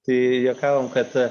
tai juokavom kad